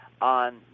on